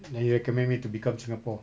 then you recommend me to become singapore